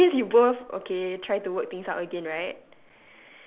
it's always you both okay try to work things out again right